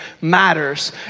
matters